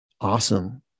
awesome